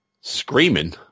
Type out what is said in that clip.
Screaming